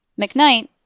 McKnight